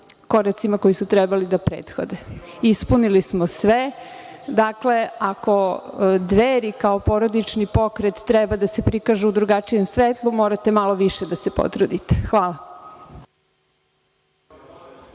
koracima koji su trebali da prethode. Ispunili smo sve. Dakle, ako Dveri, kao porodični pokret, treba da se prikaže u drugačijem svetlu, morate malo više da se potrudite. Hvala.